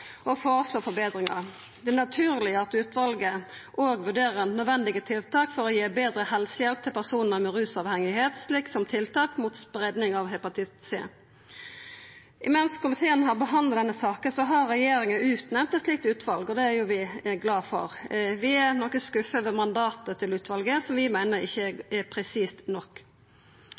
og føreslå forbetringar. Det er naturleg at utvalet òg vurderer nødvendige tiltak for å gi betre helsehjelp til personar med rusavhengigheit, slik som tiltak mot spreiing av hepatitt C. Mens komiteen har behandla denne saka, har regjeringa utnemnt eit slikt utval, og det er jo vi glade for. Vi er noko skuffa over mandatet til utvalet, som vi meiner ikkje er presist nok.